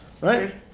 right